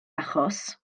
achos